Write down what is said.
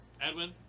Edwin